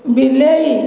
ବିଲେଇ